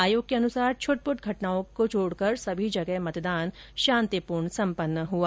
आयोग के अनुसार छुट पुट घटनाओं को छोड़कर सभी जगह मतदान शांतिपूर्ण संपन्न हुआ